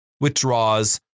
withdraws